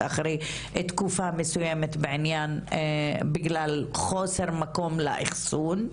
אחרי תקופה מסוימת בגלל חוסר מקום לאחסון,